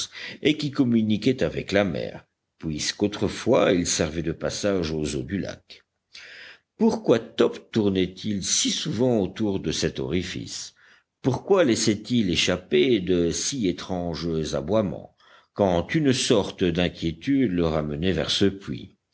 et qui communiquait avec la mer puisqu'autrefois il servait de passage aux eaux du lac pourquoi top tournait il si souvent autour de cet orifice pourquoi laissait il échapper de si étranges aboiements quand une sorte d'inquiétude le ramenait vers ce puits